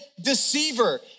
deceiver